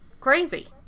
Crazy